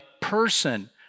person